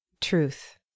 truth